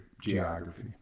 geography